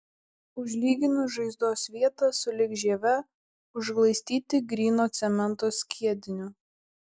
užlyginus žaizdos vietą sulig žieve užglaistyti gryno cemento skiediniu